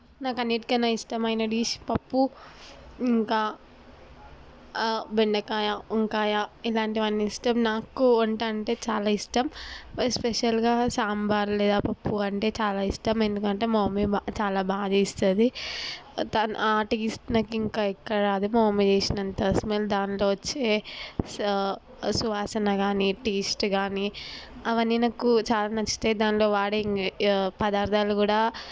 నాకు అన్నిటికన్నా ఇష్టమైన డిష్ పప్పు ఇంకా బెండకాయ వంకాయ ఇలాంటివన్నీ ఇష్టం నాకు వంట అంటే చాలా ఇష్టం ఎస్పెషల్గా సాంబార్ లేదా పప్పు అంటే చాలా ఇష్టం ఎందుకంటే మా మమ్మీ బాగా చాలా బాగా చేస్తుంది దా టేస్ట్ ఇంకా ఎక్కడ రాదు మా మమ్మీ చేసినంత స్మెల్ దానిలో వచ్చే సువాసన కానీ టెస్ట్ కానీ అవని నాకు చాలా నచ్చుతాయి దాంట్లో వాడే ఇంగ్ పదార్థాలు కూడా